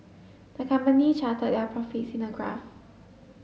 the company charted their profits in a graph